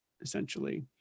essentially